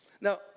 Now